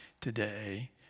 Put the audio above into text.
today